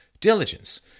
Diligence